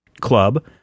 club